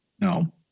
No